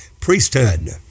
priesthood